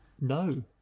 No